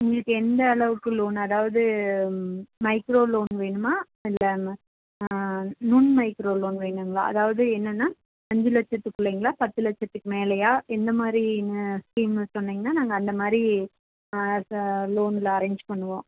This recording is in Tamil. உங்களுக்கு எந்த அளவுக்கு லோன் அதாவது மைக்ரோ லோன் வேணுமா இல்லை நுண் மைக்ரோ லோன் வேணுங்களா அதாவது என்னன்னால் அஞ்சு லட்சத்துக்குள்ளைங்களா பத்து லட்சத்துக்கு மேலேயா எந்த மாதிரி ஸ்கீமு சொன்னிங்கன்னால் நாங்கள் அந்த மாதிரி லோனில் அரேஞ்ச் பண்ணுவோம்